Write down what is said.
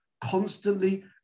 constantly